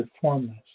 formless